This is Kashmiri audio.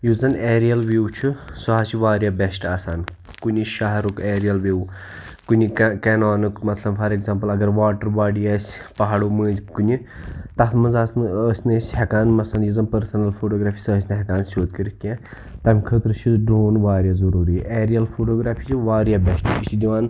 یُس زَن ایریَل وِیو چھُ سُہ حظ چھُ واریاہ بیٚسٹہٕ آسان کُنہِ شَہرُک ایریل وِیو کُنہِ کیٚنانُک مطلب فار ایٚگزامپٕل اگر واٹَر باڈی آسہِ پہاڑو مٔنٛزۍ کُنہِ تَتھ منٛز آس نہٕ ٲسۍ نہٕ أسۍ ہیٚکان مثلاً یُس زَن پٔرسٕنَل فوٗٹوٗگرٛافی سۄ ٲسۍ نہٕ ہیٚکان أسۍ سیٚود کٔرِتھ کیٚنٛہہ تَمہِ خٲطرٕ چھُ ڈرٛوٗن واریاہ ضٔروٗری ایریَل فوٗٹوٗگرٛافی چھِ واریاہ بیٚسٹہٕ یہِ چھِ دِوان